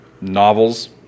novels